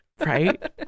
Right